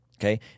okay